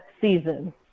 season